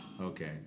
Okay